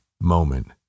moment